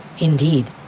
Indeed